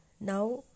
now